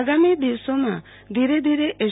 આગામી દિવસોમાં ધીરે ધીરે એસ